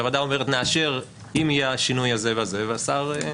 שהועדה אומרת נאשר אם יהיה השינוי הזה והזה והשר --.